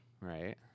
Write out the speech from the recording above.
Right